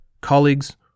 colleagues